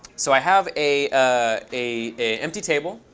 so i have a ah a empty table.